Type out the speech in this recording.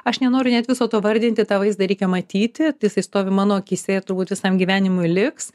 aš nenoriu net viso to vardinti tą vaizdą reikia matyti jisai stovi mano akyse turbūt visam gyvenimui liks